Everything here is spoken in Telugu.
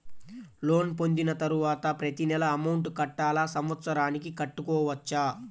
లోన్ పొందిన తరువాత ప్రతి నెల అమౌంట్ కట్టాలా? సంవత్సరానికి కట్టుకోవచ్చా?